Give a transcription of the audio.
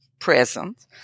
present